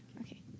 okay